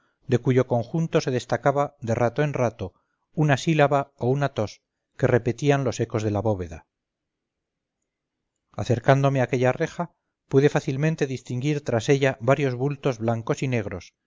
de cuyo conjunto se destacaba de rato en rato una sílabao una tos que repetían los ecos de la bóveda acercándome a aquella reja pude fácilmente distinguir tras ella varios bultos blancos y negros